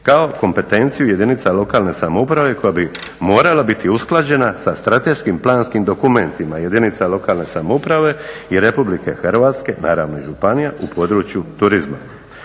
kao kompetenciju jedinica lokalne samouprave koja bi morala biti usklađena sa strateškim planskim dokumentima jedinica lokalne samouprave i Republike Hrvatske, naravno i županija, u području turizma.